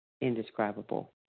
indescribable